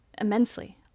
immensely